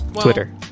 Twitter